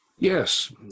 Yes